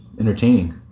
entertaining